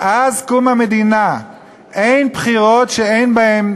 מאז קום המדינה אין בחירות שאין בהן,